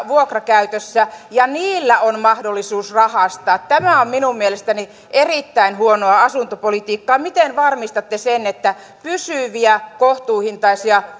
vuokrakäytössä ja niillä on mahdollisuus rahastaa tämä on minun mielestäni erittäin huonoa asuntopolitiikkaa miten varmistatte sen että pysyviä kohtuuhintaisia